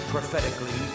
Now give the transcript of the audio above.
Prophetically